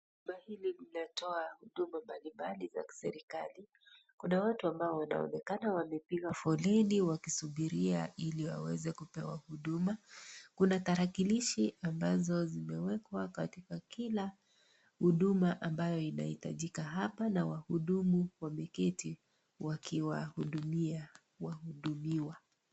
Nyumba hili linatoa huduma mbalimbali za serikali. Kuna watu ambao wanaonekana wamepiga foleni wakisubiria Ili waweze kupewa huduma. Kuna tarakilishi ambazo zimewekwa katika kila huduma ambayo inahitajika hapa na wahudumu wameketi wakiwahudumia wahudumiwa.